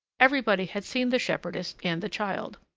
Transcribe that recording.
everybody had seen the shepherdess and the child.